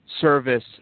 service